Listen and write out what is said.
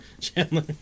Chandler